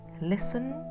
Listen